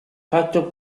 fatto